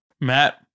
Matt